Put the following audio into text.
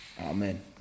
Amen